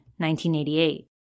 1988